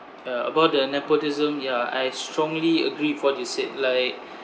ya about the nepotism ya I strongly agree with what you said like